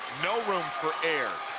no room for error.